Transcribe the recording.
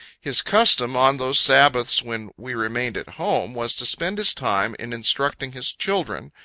his custom, on those sabbaths when we remained at home, was to spend his time in instructing his children,